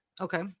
Okay